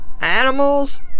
Animals